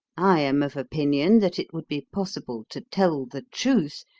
i am of opinion that it would be possible to tell the truth,